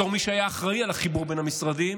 בתור מי שהיה אחראי לחיבור בין המשרדים,